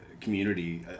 community